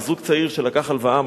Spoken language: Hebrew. זוג צעיר שלקח הלוואה,